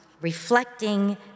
reflecting